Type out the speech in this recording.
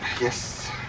Yes